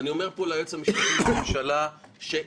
ואני אומר פה ליועץ המשפטי לממשלה שאי-אפשר